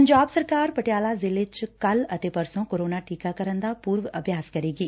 ਪੰਜਾਬ ਸਰਕਾਰ ਪਟਿਆਲਾ ਜ਼ਿਲ੍ਹੇ ਚ ਕੱਲੂ ਅਤੇ ਪਰਸੋਂ ਕੋਰੋਨਾ ਟੀਕਾਕਰਨ ਦਾ ਪੂਰਵ ਅਭਿਆਸ ਕਰੇਗੀ